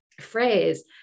phrase